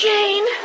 Jane